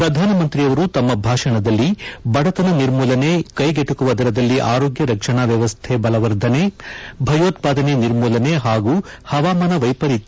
ಪ್ರಧಾನಮಂತ್ರಿಯವರು ತಮ್ಮ ಭಾಷಣದಲ್ಲಿ ಬಡತನ ನಿರ್ಮೂಲನೆ ಕೈಗೆಟಕುವ ದರದಲ್ಲಿ ಆರೋಗ್ಯ ರಕ್ಷಣಾ ವ್ಯವಸ್ಥೆ ಬಲವರ್ಧನೆ ಭಯೋತ್ಪಾದನೆ ನಿರ್ಮೂಲನೆ ಹಾಗೂ ಹವಾಮಾನ ವೈಪರಿತ್ಯ